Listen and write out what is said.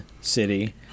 city